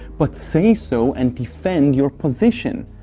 but say so and defend your position.